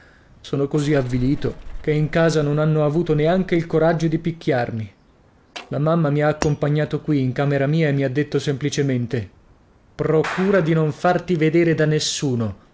sono così avvilito che in casa non hanno avuto neanche il coraggio di picchiarmi la mamma mi ha accompagnato qui in camera mia e mi ha detto semplicemente procura di non farti vedere da nessuno